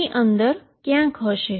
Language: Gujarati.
ΔKની અંદર ક્યાંક હશે